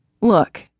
Look